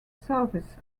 serves